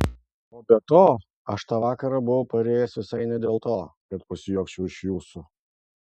o be to aš tą vakarą buvau parėjęs visai ne dėl to kad pasijuokčiau iš jūsų